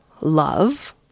love